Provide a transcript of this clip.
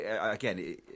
again